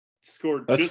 scored